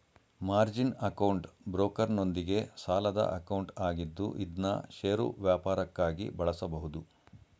margin account ಬ್ರೋಕರ್ನೊಂದಿಗೆ ಸಾಲದ account ಆಗಿದ್ದು ಇದ್ನಾ ಷೇರು ವ್ಯಾಪಾರಕ್ಕಾಗಿ ಬಳಸಬಹುದು